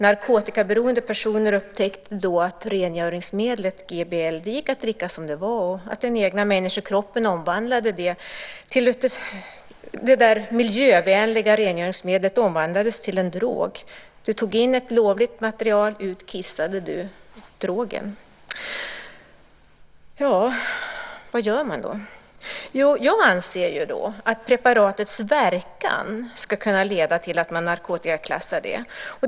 Narkotikaberoende personer upptäckte att rengöringsmedlet GBL gick att dricka som det var, och det miljövänliga rengöringsmedlet omvandlades till en drog. Du tog in ett lovligt material, ut kissade du drogen. Vad gör man då? Jo, jag anser att ett preparats verkan ska kunna leda till att det narkotikaklassas.